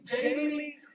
daily